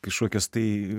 kažkokias tai